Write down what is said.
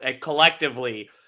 collectively